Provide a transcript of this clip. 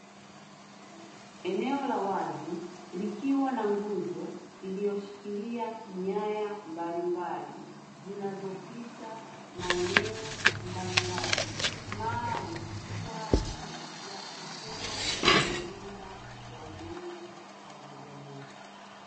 Eneo la wazi likiwa na nguzo iliyoshikilia nyaya mbalimbali, zinazopita maeneo mbalimbali maalumu kwa ajili ya kutoa huduma ya umeme kwa wanajamii.